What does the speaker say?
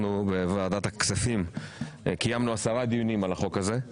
אנחנו בוועדת הכספים קיימנו 10 דיונים על החוק הזה.